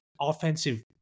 offensive